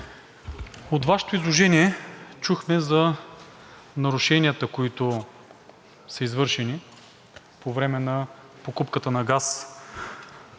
От Вашето изложение чухме за нарушенията, които са извършени по време на покупката на газ,